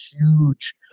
huge